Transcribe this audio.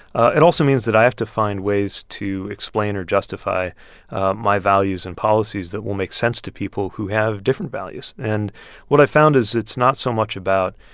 it also means that i have to find ways to explain or justify my values and policies that will make sense to people who have different values and what i've found is it's not so much about